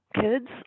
kids